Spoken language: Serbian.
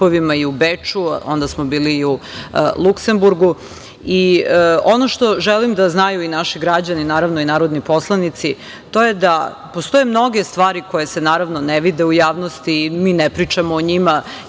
i u Beču, onda smo bili u Luksenburgu, ono što želim da znaju i naši građani, naravno i narodni poslanici, to je da postoje mnoge stvari koje se ne vide u javnosti i mi ne pričamo i njima,